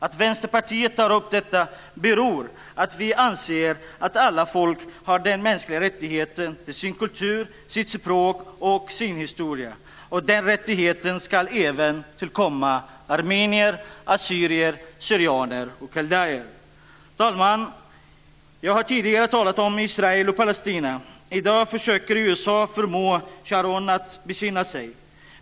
Att Vänsterpartiet tar upp detta beror på att vi anser att alla folk har den mänskliga rättigheten till sin kultur, sitt språk och sin historia. Den rättigheten ska även tillkomma armenier, assyrier/syrianer och kaldéer. Fru talman! Jag har tidigare talat om Israel och Palestina. I dag försöker USA förmå Sharon att besinna sig.